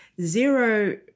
zero